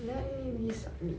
okay